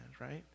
right